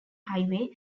highway